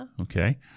okay